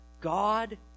God